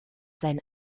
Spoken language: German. seinen